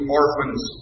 orphans